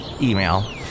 email